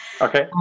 Okay